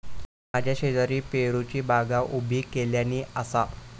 माझ्या शेजारी पेरूची बागा उभी केल्यानी आसा